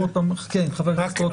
כן, חבר הכנסת רוטמן.